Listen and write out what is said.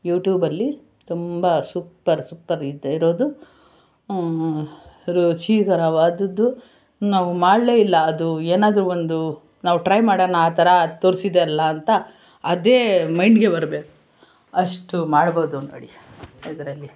ಯೂಟ್ಯೂಬಲ್ಲಿ ತುಂಬ super super ಇದೆ ಇರೋದು ರುಚಿಕರವಾದುದ್ದು ನಾವು ಮಾಡಲೇ ಇಲ್ಲ ಅದು ಏನಾದರೂ ಒಂದು ನಾವು ಟ್ರೈ ಮಾಡೋಣ ಆ ಥರ ತೋರ್ಸಿದೆಲ್ಲ ಅಂತ ಅದೇ ಮೈಂಡ್ಗೆ ಬರಬೇಕು ಅಷ್ಟು ಮಾಡ್ಬೋದು ನೋಡಿ ಇದರಲ್ಲಿ